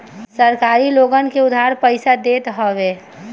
सहकारी लोगन के उधार पईसा देत हवे